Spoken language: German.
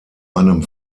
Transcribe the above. einem